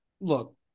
Look